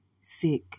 sick